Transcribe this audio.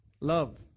Love